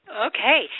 Okay